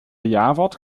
jawort